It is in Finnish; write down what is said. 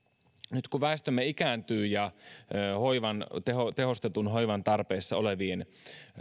nyt kun väestömme ikääntyy ja tehostetun hoivan tarpeessa olevien